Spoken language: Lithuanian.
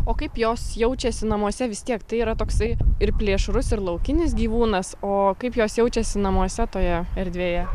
o kaip jos jaučiasi namuose vis tiek tai yra toksai ir plėšrus ir laukinis gyvūnas o kaip jos jaučiasi namuose toje erdvėje